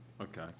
Okay